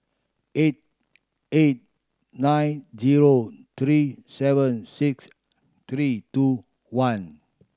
eight eight nine zero three seven six three two one